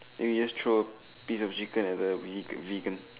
and we just throw a piece of chicken at the ve~ vegan